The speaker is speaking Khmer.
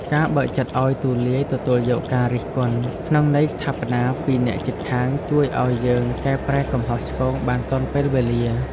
ការបើកចិត្តឱ្យទូលាយទទួលយកការរិះគន់ក្នុងន័យស្ថាបនាពីអ្នកជិតខាងជួយឱ្យយើងកែប្រែកំហុសឆ្គងបានទាន់ពេលវេលា។